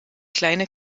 kleine